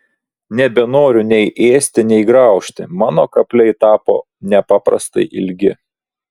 nebenoriu nei ėsti nei graužti mano kapliai tapo nepaprastai ilgi